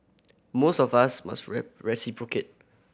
mores of us must reciprocate